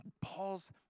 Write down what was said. Paul's